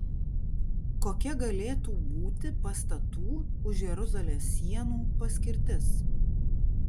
kokia galėtų būti pastatų už jeruzalės sienų paskirtis